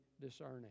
discerning